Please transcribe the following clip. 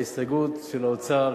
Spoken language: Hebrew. ההסתייגות של האוצר,